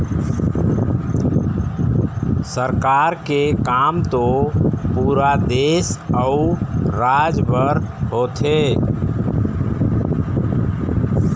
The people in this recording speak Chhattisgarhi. सरकार के काम तो पुरा देश अउ राज बर होथे